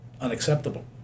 unacceptable